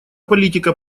политика